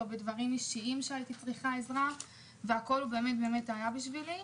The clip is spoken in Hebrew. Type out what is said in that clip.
בדברים אישיים והוא באמת היה הכול בשבילי.